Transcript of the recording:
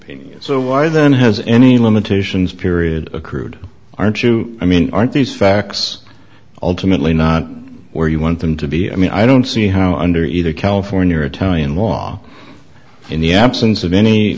pain so why then has any limitations period accrued aren't you i mean aren't these facts ultimately not where you want them to be i mean i don't see how under either california or italian law in the absence of any